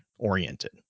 oriented